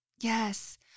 Yes